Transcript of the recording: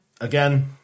again